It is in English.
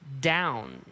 down